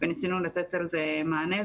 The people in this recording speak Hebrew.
וניסינו לתת לזה מענה.